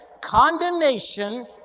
Condemnation